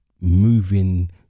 moving